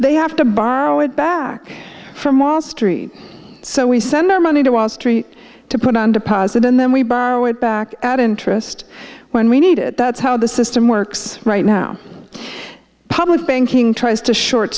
they have to borrow it back from wall street so we send our money to wall street to put on deposit and then we borrow it back at interest when we need it that's how the system works right now public banking tries to short